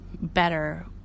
better